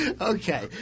Okay